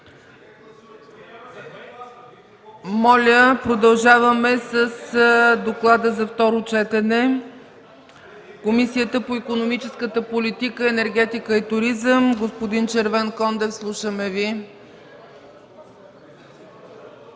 Моля, продължаваме с доклада за второ четене на Комисията по икономическата политика, енергетика и туризъм. Господин Червенкондев, слушаме Ви.